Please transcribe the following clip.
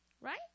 Right